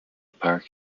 park